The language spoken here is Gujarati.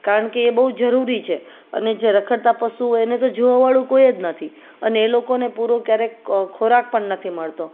કારણ કે એ બહુ જરૂરી છે અને જે રખડતા પશુ હોય એને તો જોવાવાળું કોઈ જ નથી અને એ લોકોને પૂરો ક્યારેક ખોરાક પણ નથી મળતો